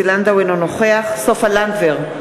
אינו נוכח סופה לנדבר,